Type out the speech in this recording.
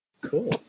Cool